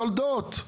יולדות.